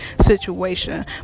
situation